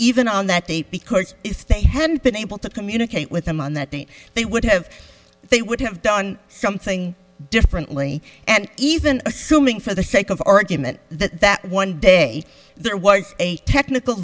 even on that date because if they hadn't been able to communicate with him on that point they would have they would have done something differently and even assuming for the sake of argument that that one day there was a technical